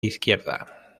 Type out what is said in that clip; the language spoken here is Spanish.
izquierda